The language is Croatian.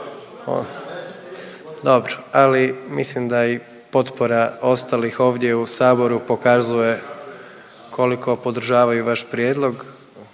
Dobro. Ali, mislim da i potpora ostalih ovdje u Saboru pokazuje koliko podržavaju vaš prijedlog.